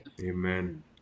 Amen